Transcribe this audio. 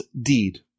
deed